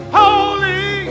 holy